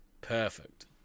perfect